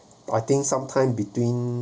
I think sometime between